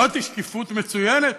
זוהי שקיפות מצוינת: